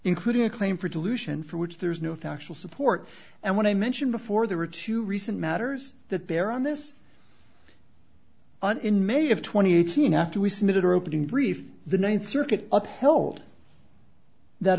including a claim for dilution for which there is no factual support and when i mentioned before there were two recent matters that bear on this and in may of twenty eighteen after we submitted our opening brief the ninth circuit upheld that